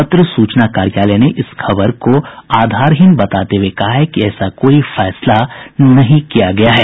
पत्र सूचना कार्यालय ने इस खबर को आधारहीन बताते हुये कहा है कि ऐसा कोई फैसला नहीं किया गया है